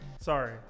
Sorry